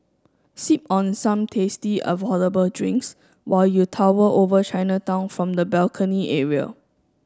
sip on some tasty affordable drinks while you tower over Chinatown from the balcony area